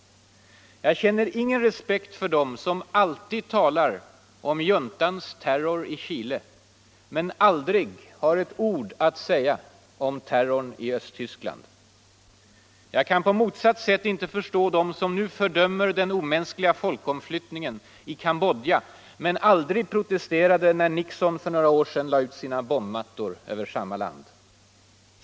Jag känner ingen respekt för dem som alltid talar om juntans terror i Chile men aldrig har ett ord att säga om terrorn i Östtyskland. Jag kan på motsatt sätt inte förstå dem som nu fördömer den omänskliga folkomflyttningen i Cambodja, men aldrig protesterade när Nixon för några år sedan lade ut sina bombmattor över samma land.